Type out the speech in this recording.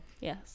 yes